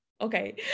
Okay